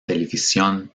televisión